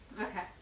Okay